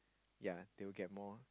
yea they will get more